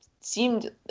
seemed